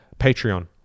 Patreon